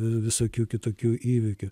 visokių kitokių įvykių